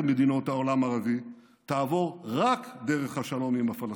מדינות העולם הערבי תעבור רק דרך השלום עם הפלסטינים.